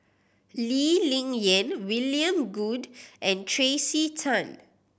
Lee Ling Yen William Goode and Tracey Tan